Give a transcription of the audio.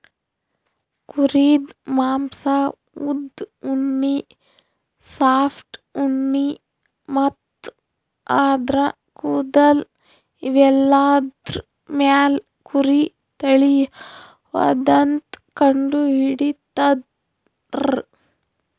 ಕುರಿದ್ ಮಾಂಸಾ ಉದ್ದ್ ಉಣ್ಣಿ ಸಾಫ್ಟ್ ಉಣ್ಣಿ ಮತ್ತ್ ಆದ್ರ ಕೂದಲ್ ಇವೆಲ್ಲಾದ್ರ್ ಮ್ಯಾಲ್ ಕುರಿ ತಳಿ ಯಾವದಂತ್ ಕಂಡಹಿಡಿತರ್